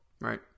right